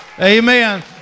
Amen